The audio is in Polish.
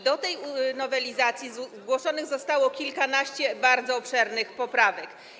Do tej nowelizacji zgłoszonych zostało kilkanaście bardzo obszernych poprawek.